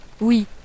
Oui